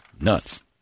Nuts